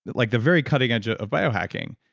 like the very cutting edge ah of bio hacking.